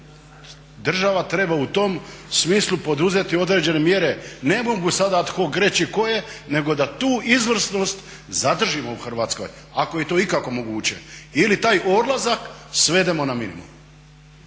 Država treba u tom smislu poduzeti određene mjere. Ne mogu sada ad hoc reći koje, nego da tu izvrsnost zadržimo u Hrvatskoj ako je to ikako moguće. Ili taj odlazak svedemo na minimum.